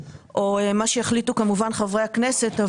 או למה שיחליטו חברי הכנסת.